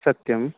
सत्यं